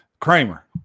Kramer